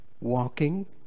Walking